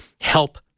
help